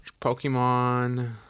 Pokemon